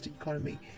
economy